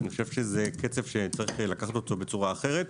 אני חושב שזה קצב שצריך לקחת אותו בצורה אחרת.